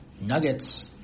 Nuggets